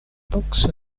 books